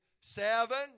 seven